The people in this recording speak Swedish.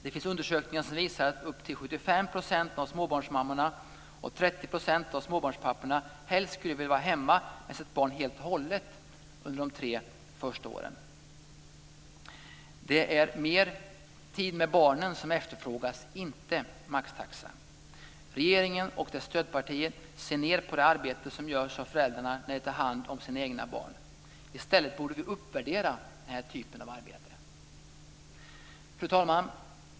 Det finns undersökningar som visar att upp till 75 % av småbarnsmammorna och 30 % av småbarnspapporna helst skulle vilja vara hemma med sitt barn helt och hållet under de tre första åren. Det är mer tid med barnen som efterfrågas, inte maxtaxa. Regeringen och dess stödpartier ser ned på det arbete som görs av föräldrarna när de tar hand om sina egna barn. Vi borde i stället uppvärdera den här typen av arbete. Fru talman!